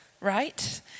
right